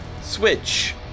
Switch